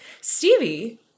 Stevie